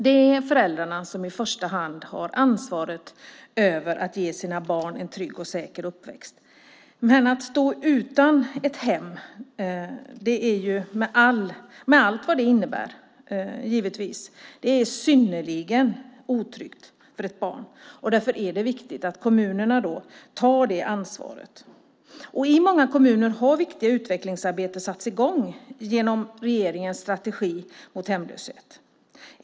Det är föräldrarna som i första hand har ansvar för att ge sina barn en trygg och säker uppväxt. Att stå utan ett hem, med allt vad det innebär, är synnerligen otryggt för ett barn. Därför är det viktigt att kommunerna tar sitt ansvar. I många kommuner har viktigt utvecklingsarbete satts i gång genom regeringens strategi mot hemlöshet.